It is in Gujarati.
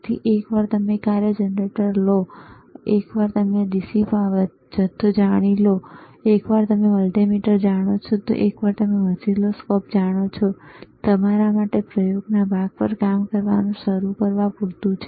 તેથી એકવાર તમે કાર્ય જનરેટર જાણી લો એકવાર તમે DC વીજ જથ્થો જાણો છો એકવાર તમે મલ્ટિમીટર જાણો છો એકવાર તમે ઓસિલોસ્કોપ જાણો છો તે તમારા માટે પ્રયોગના ભાગ પર કામ કરવાનું શરૂ કરવા માટે પૂરતું છે